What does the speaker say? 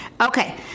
Okay